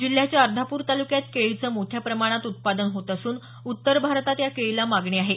जिल्ह्याच्या अर्धापूर तालुक्यात केळीचं मोठ्या प्रमाणात उत्पादन होत असून उत्तर भारतात या केळीला मागणी आहे